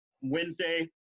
Wednesday